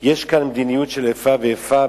יש כאן מדיניות של איפה ואיפה,